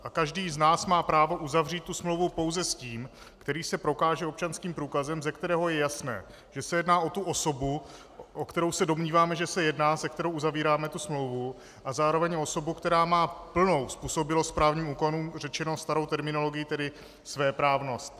A každý z nás má právo uzavřít smlouvu pouze s tím, který se prokáže občanským průkazem, ze kterého je jasné, že se jedná o osobu, o kterou se domníváme, že se jedná, se kterou uzavíráme smlouvu, a zároveň o osobu, která má plnou způsobilost k právním úkonům řečeno starou terminologií, tedy svéprávnost.